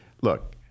look